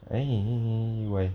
why